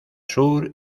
sur